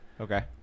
Okay